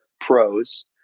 pros